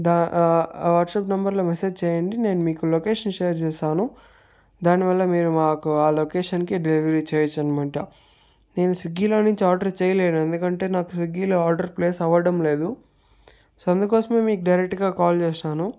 దా ఆ వాట్సాప్ నంబర్లో మెసేజ్ చేయండి నేను మీకు లొకేషన్ షేర్ చేస్తాను దానివల్ల మీరు మాకు ఆ లోకేషన్కి డెలివరీ చెయ్యొచ్చు అనమాట నేను స్విగ్గిలో నుంచి ఆర్డర్ చేయలేను ఎందుకంటే నాకు స్విగ్గిలో ఆర్డర్ ప్లేస్ అవడం లేదు సో అందుకోసమే మీకు డైరెక్ట్గా కాల్ చేశాను